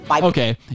Okay